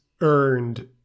earned